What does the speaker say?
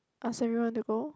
ask everyone to go